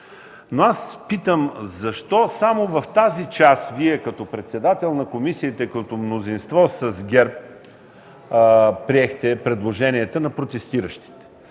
Аз питам: защо само в тази част, Вие като председател, като мнозинство с ГЕРБ, приехте предложенията на протестиращите?